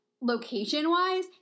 location-wise